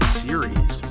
series